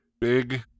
big